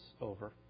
over